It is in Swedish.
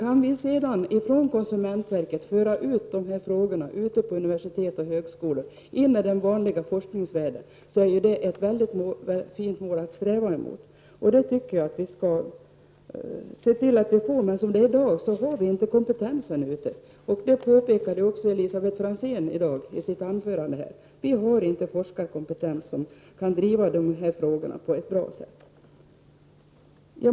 Att konsumentverket för ut kunskaperna till högskolor och universitet, alltså in i den vanliga forskningsvärlden, är ett väldigt fint mål att sträva emot. Det tycker jag att vi skall se till att vi når. Som det är i dag har vi inte kompetens. Det påpekade också Elisabet Franzén i sitt anförande. Vi har inte forskarkompetens som kan driva dessa frågor på ett bra sätt.